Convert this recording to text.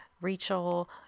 Rachel